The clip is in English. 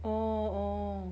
orh orh